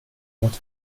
mot